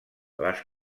les